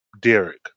Derek